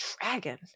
dragon